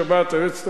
היועצת המשפטית,